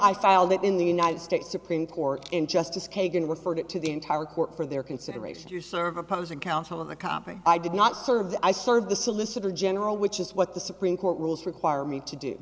filed it in the united states supreme court and justice kagan referred it to the entire court for their consideration to serve opposing counsel of the company i did not serve the i serve the solicitor general which is what the supreme court rules require me to do